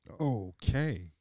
Okay